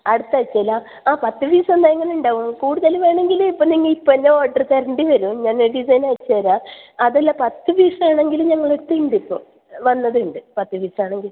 അടുത്ത ആഴ്ചയിലാണോ ആ പത്ത് പീസ് എന്തായെങ്കിലും ഉണ്ടാവും കൂടുതൽ വേണമെങ്കിൽ ഇപ്പം നിങ്ങൾ ഇപ്പം തന്നെ ഓർഡർ തരേണ്ടി വരും ഞാൻ ഡിസൈൻ അയച്ച് തരാം അതല്ല പത്ത് പീസ് ആണെങ്കിലും ഞങ്ങളുടെ അടുത്തുണ്ട് ഇപ്പോൾ വന്നതുണ്ട് പത്ത് പീസ് ആണെങ്കിൽ